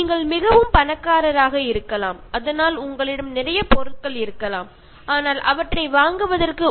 നിങ്ങൾ വലിയ പണക്കാരനാണെങ്കിൽ നിങ്ങൾക്ക് ഒരുപാട് സാധനങ്ങൾ വാങ്ങാൻ കഴിയുമായിരിക്കും